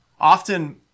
Often